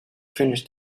finish